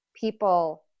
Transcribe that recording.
people